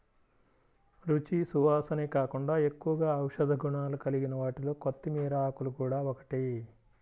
రుచి, సువాసనే కాకుండా ఎక్కువగా ఔషధ గుణాలు కలిగిన వాటిలో కొత్తిమీర ఆకులు గూడా ఒకటి